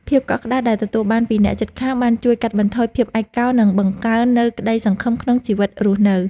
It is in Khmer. ភាពកក់ក្តៅដែលទទួលបានពីអ្នកជិតខាង បានជួយកាត់បន្ថយភាពឯកោ និងបង្កើននូវក្តីសង្ឃឹមក្នុងជីវិតរស់នៅ។